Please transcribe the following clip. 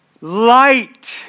light